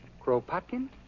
Kropotkin